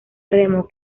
remo